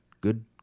Good